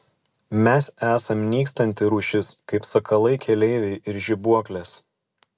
mes esam nykstanti rūšis kaip sakalai keleiviai ir žibuoklės